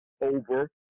over